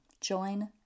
Join